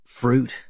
fruit